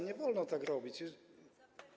Nie wolno tak robić.